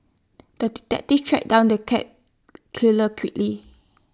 the detective tracked down the cat killer quickly